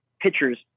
pitchers